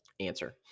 Answer